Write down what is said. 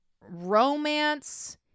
romance